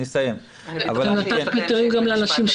אני אסיים את דבריי.